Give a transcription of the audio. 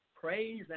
Praise